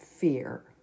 fear